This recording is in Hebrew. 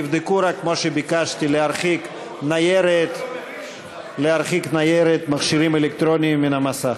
תבדקו רק מה שביקשתי: להרחיק ניירת ומכשירים אלקטרוניים מן המסך.